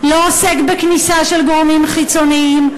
לא עוסק בכניסה של גורמים חיצוניים.